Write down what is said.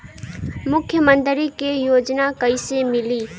मुख्यमंत्री के योजना कइसे मिली?